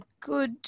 good